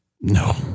No